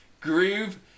groove